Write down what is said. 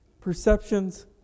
Perceptions